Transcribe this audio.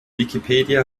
wikipedia